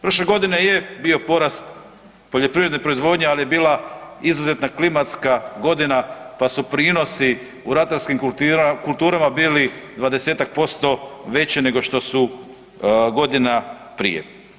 Prošle godine je bio porast poljoprivredne proizvodnje, al je bila izuzetna klimatska godina, pa su prinosi u ratarskim kulturama bili 20-tak% veći nego što su godina prije.